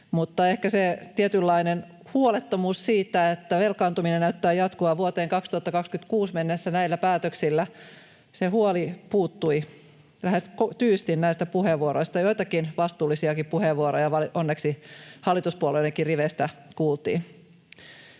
keskustelussa on tietynlainen huolettomuus siitä, että velkaantuminen näyttää jatkuvan vuoteen 2026 näillä päätöksillä. Se huoli puuttui lähes tyystin näistä puheenvuoroista. Joitakin vastuullisiakin puheenvuoroja onneksi hallituspuolueidenkin riveistä kuultiin.